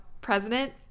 president